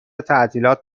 تعطیلات